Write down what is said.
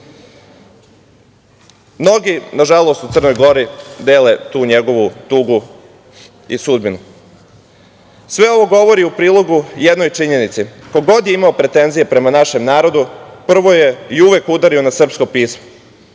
Mnogi, nažalost, u Crnoj Gori dele tu njegovu tugu i sudbinu. Sve ovo govori u prilogu jednoj činjenici. Ko god je imao pretenzije prema našem narodu, prvo je i uvek udario na srpsko pismo,